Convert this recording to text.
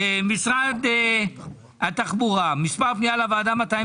משרד התחבורה, מספר פנייה לוועדה 210